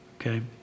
okay